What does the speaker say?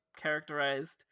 characterized